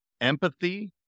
empathy